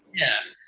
yeah.